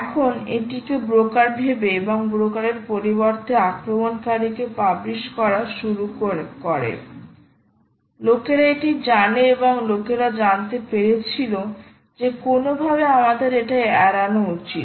এখন এটিকে ব্রোকার ভেবে এবং ব্রোকারের পরিবর্তে আক্রমণকারীকে পাবলিশ করা শুরু করে লোকেরা এটি জানে এবং লোকেরা জানতে পেরেছিল যে কোনওভাবে আমাদের এটা এড়ানো উচিত